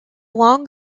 long